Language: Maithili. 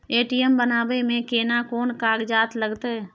ए.टी.एम बनाबै मे केना कोन कागजात लागतै?